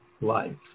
life